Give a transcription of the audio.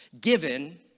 given